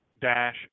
dash